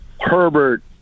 Herbert